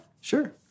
sure